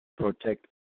protect